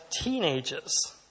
teenagers